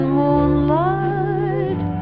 moonlight